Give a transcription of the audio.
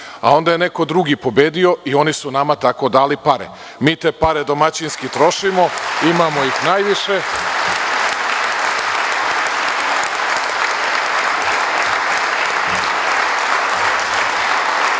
a onda je neko drugi pobedio i oni su nama tako dali pare. Mi te pare domaćinski trošimo, imamo ih najviše. Ali,